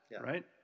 right